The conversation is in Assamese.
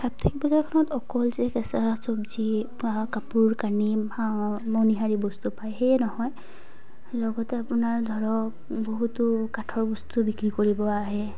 সাপ্তাহিক বজাৰখনত অকল যে কেঁচা চব্জি কাপোৰ কানি মনিহাৰী বস্তু পায় সেয়ে নহয় লগতে আপোনাৰ ধৰক বহুতো কাঠৰ বস্তু বিক্ৰী কৰিব আহে